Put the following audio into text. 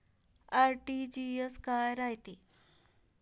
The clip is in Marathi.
आर.टी.जी.एस काय रायते?